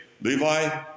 Levi